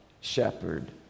shepherd